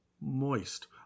moist